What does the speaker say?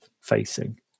facing